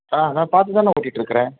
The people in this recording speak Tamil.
ஆ அண்ணா பார்த்துத்தாண்ணா ஓட்டிகிட்டு இருக்கிறேன்